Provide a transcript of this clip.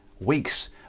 weeks